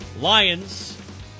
Lions